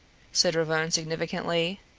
said ravone significantly.